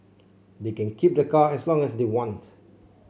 they can keep the car as long as they want